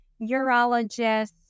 urologists